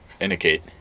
indicate